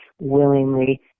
willingly